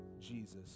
Jesus